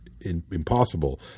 impossible